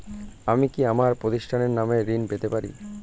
আমি কি আমার প্রতিষ্ঠানের নামে ঋণ পেতে পারি?